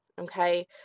okay